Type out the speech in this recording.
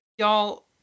Y'all